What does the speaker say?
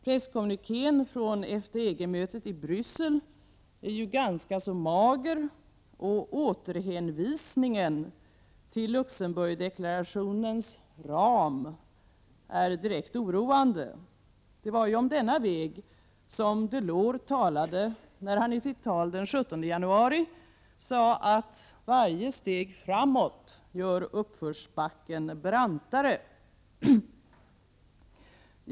Presskommunikén från EFTA-EG-mötet i Bryssel är ju ganska mager, och återhänvisningen till Luxemburgdeklarationens ”ram” är direkt oroande. Det var ju om denna väg som Delors talade när han i sitt tal den 17 januari sade att varje steg framåt gör uppförsbacken brantare.